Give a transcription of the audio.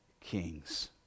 kings